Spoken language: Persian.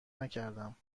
نکردم